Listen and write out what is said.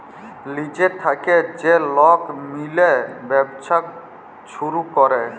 লিজের থ্যাইকে যে লক মিলে ব্যবছা ছুরু ক্যরে